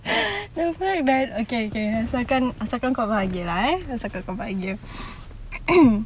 the fact that okay okay asal kan asal kan kau bahagia ah eh asal kan kau bahagia